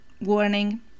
warning